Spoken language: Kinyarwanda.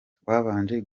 twabanje